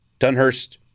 Dunhurst